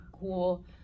cool